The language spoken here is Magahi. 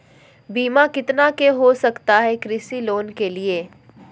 बीमा कितना के हो सकता है कृषि लोन के लिए?